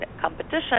competition